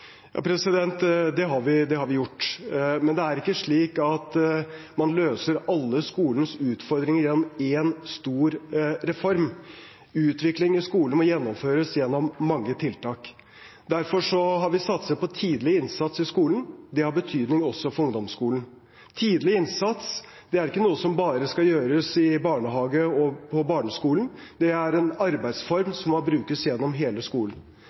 alle skolens utfordringer gjennom én stor reform. Utvikling i skolen må gjennomføres gjennom mange tiltak. Derfor har vi satset på tidlig innsats i skolen. Det har betydning også for ungdomsskolen. Tidlig innsats er ikke noe som bare skal gjøres i barnehagen og på barneskolen. Det er en arbeidsform som må brukes gjennom hele skolen.